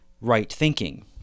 right-thinking